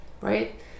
right